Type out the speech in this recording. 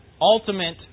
ultimate